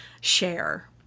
share